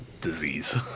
disease